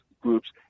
groups